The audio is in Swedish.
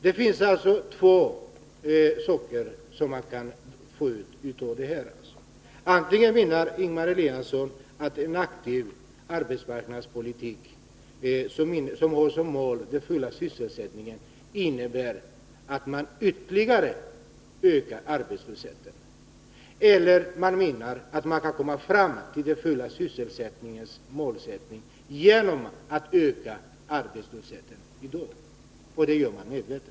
Det finns två saker som man kan få ut av det här: Antingen menar Ingemar Eliasson att en aktiv arbetsmarknadspolitik som har den fulla sysselsättningen som mål innebär att man ytterligare ökar arbetslösheten. Eller också menar han att man kan komma fram till den fulla sysselsättningen genom att öka arbetslösheten i dag — och det gör man medvetet.